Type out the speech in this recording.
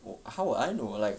我 how would I know like